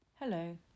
Hello